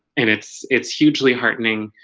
and it's it's hugely heartening